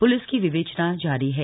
police की विवेचना जारी है